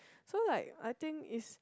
so like I think is